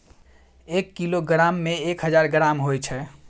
एक किलोग्राम में एक हजार ग्राम होय छै